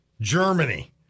Germany